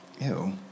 ew